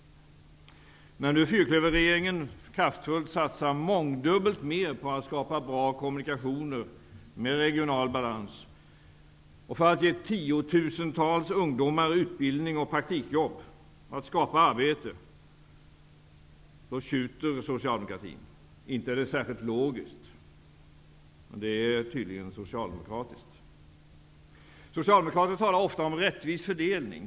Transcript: När nu fyrklöverregeringen kraftfullt satsar mångdubbelt mer på att skapa bra kommunikationer med regional balans, för att ge tiotusentals ungdomar utbildning och praktikjobb och skapa arbete, då tjuter socialdemokratin. Inte är det särskilt logiskt men tydligen socialdemokratiskt. Socialdemokraterna talar ofta om en rättvis fördelning.